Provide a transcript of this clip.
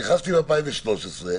נכנסתי ב-2013.